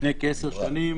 לפני כעשר שנים